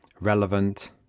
relevant